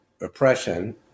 oppression